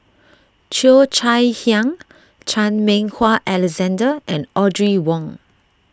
Cheo Chai Hiang Chan Meng Wah Alexander and Audrey Wong